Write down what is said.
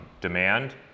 demand